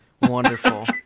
wonderful